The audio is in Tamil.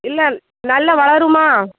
இல்லை நல்லா வளருமா